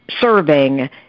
serving